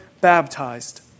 baptized